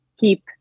keep